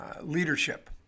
leadership